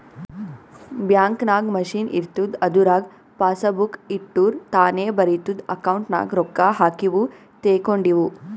bank ನಾಗ್ machine ಇರ್ತುದ್ ಅದುರಾಗ್ ಪಾಸಬುಕ್ ಇಟ್ಟುರ್ ತಾನೇ ಬರಿತುದ್ ಅಕೌಂಟ್ ನಾಗ್ ರೊಕ್ಕಾ ಹಾಕಿವು ತೇಕೊಂಡಿವು